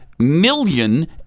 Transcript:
million